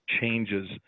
changes